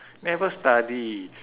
never study